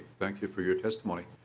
thank you for your testimony.